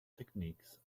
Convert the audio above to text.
techniques